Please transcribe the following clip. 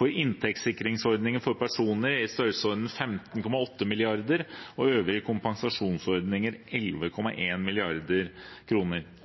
inntektssikringsordninger for personer har vært i størrelsesorden 15,8 mrd. kr og øvrige kompensasjonsordninger 11,1 mrd. kr.